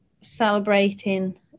celebrating